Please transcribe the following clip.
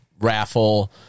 raffle